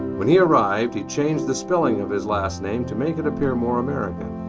when he arrived he changed the spelling of his last name to make it appear more american.